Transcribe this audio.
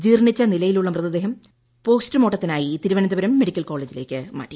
ജീർണ്ണിച്ച നിലയിലുള്ള മൃതദേഹം പോസ്റ്റുമോർട്ടത്തിനായി തിരുവനന്തപുരം മെഡിക്കൽ കോളേജിലേക്ക് മാറ്റി